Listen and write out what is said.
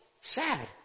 sad